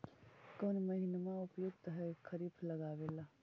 कौन महीना उपयुकत है खरिफ लगावे ला?